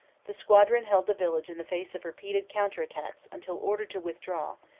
the squadron held the village in the face of repeated counter-attacks until ordered to withdraw,